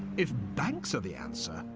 if banks are the answer,